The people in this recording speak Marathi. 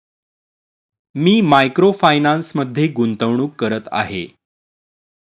मी मायक्रो फायनान्समध्ये गुंतवणूक करत आहे